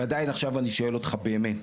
ועדיין עכשיו אני שואל אותך באמת,